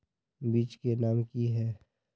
बीज के नाम की है?